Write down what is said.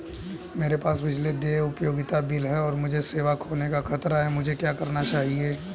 मेरे पास पिछले देय उपयोगिता बिल हैं और मुझे सेवा खोने का खतरा है मुझे क्या करना चाहिए?